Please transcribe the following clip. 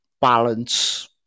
balance